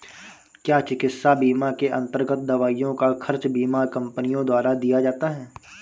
क्या चिकित्सा बीमा के अन्तर्गत दवाइयों का खर्च बीमा कंपनियों द्वारा दिया जाता है?